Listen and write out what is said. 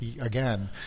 again